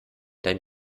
dein